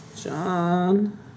John